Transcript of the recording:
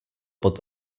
pod